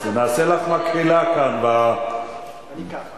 אז נעשה לך מקהלה כאן, בכנסת.